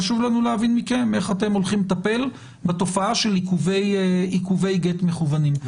חשוב לנו להבין מכם איך אתם הולכים לטפל בתופעה של עיכובי גט מכוונים.